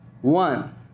One